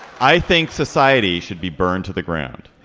i think society should be burned to the ground